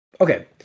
Okay